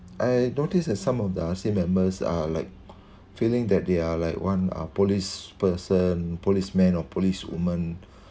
I notice that some of the same members are like feeling that they are like one ah police person policeman or policewoman